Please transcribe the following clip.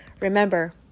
Remember